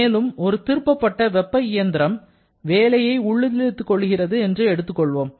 மேலும் ஒரு திருப்பப்பட்ட வெப்ப இயந்திரம் வேலையை உள்ளிழுத்துக் கொள்கிறது என்று எடுத்துக் கொள்வோம்